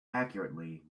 accurately